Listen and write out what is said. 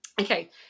Okay